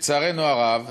לצערנו הרב,